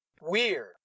Weird